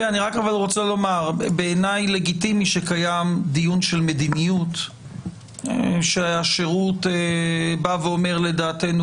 בעיניי לגיטימי שקיים דיון של מדיניות כאשר השירות אומר שלדעתו